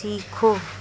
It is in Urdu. سیکھو